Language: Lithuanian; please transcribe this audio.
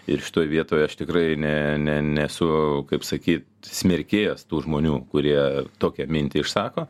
ir šitoj vietoj aš tikrai ne ne nesu kaip sakyt smerkėjas tų žmonių kurie tokią mintį išsako